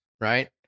right